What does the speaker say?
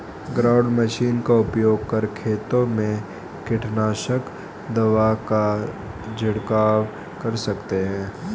ground machine का उपयोग कर खेतों में कीटनाशक दवा का झिड़काव कर सकते है